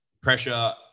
pressure